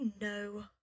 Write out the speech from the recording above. no